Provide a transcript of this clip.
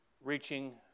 reaching